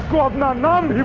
lord narayan